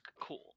cool